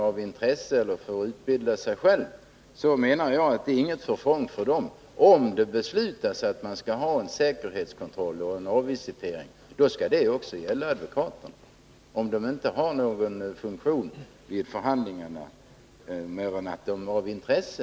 Om deras enda funktion vid en rättegång är att de bevistar den av intresse eller för att utbilda sig, så kan det väl inte vara till förfång för dem att bli avvisiterade, om beslut har fattats om säkerhetskontroll.